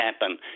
happen